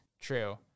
True